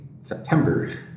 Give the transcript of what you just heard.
September